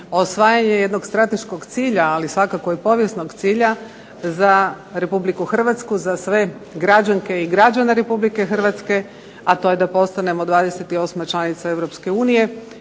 osvajanje jednog strateškog cilja ali svakako i povijesnog cilja za Republiku Hrvatsku za sve građanke i građane Republike Hrvatske, a to je da postanemo 28. članica EU, podupiremo